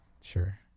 sure